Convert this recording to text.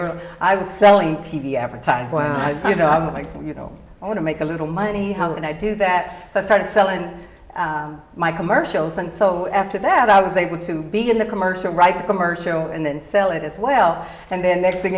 were i was selling t v advertising you know i'm like you know i want to make a little money how can i do that so i started selling my commercials and so after that i was able to begin the commercial write the commercial and then sell it as well and then next thing